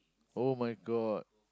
[oh]-my-God